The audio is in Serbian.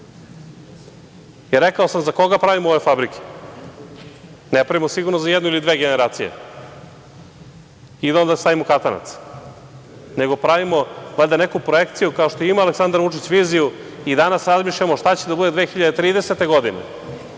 Rekao sam, za koga pravimo ove fabrike? Ne pravimo sigurno za jednu ili dve generacije i da onda stavimo katanac, nego pravimo valjda neku projekciju kao što ima Aleksandar Vučić, viziju i danas razmišljamo šta će da bude 2030. godine.